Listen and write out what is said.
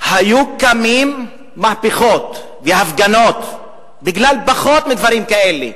היו קמות מהפכות והפגנות בגלל פחות מדברים כאלה: